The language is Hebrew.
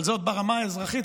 אבל זה ברמה האזרחית.